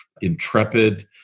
intrepid